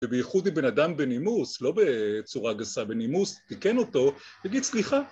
ובייחוד עם בן אדם בנימוס, לא בצורה גסה, בנימוס, תיקן אותו תגידסליחה